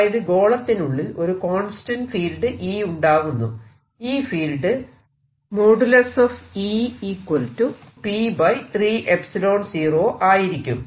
അതായത് ഗോളത്തിനുള്ളിൽ ഒരു കോൺസ്റ്റന്റ് ഫീൽഡ് E ഉണ്ടാവുന്നു ഈ ഫീൽഡ് ആയിരിക്കും